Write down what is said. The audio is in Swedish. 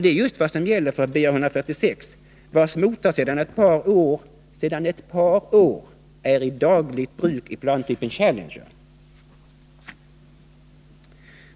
Det är just vad som gäller för BAe 146, vars motor sedan ett par år är i dagligt bruk i plantypen ”Challenger”.